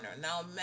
now